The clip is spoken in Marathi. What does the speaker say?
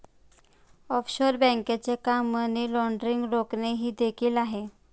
ऑफशोअर बँकांचे काम मनी लाँड्रिंग रोखणे हे देखील आहे